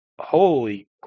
holy